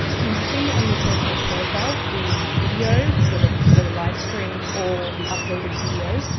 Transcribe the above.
you'll see on your personal profile the video, whether it's the livestream or the uploaded video,